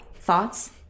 thoughts